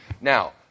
Now